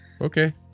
okay